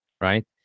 right